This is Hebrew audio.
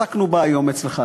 עסקנו בה היום אצלך,